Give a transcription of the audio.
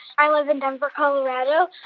i live in denver, colo.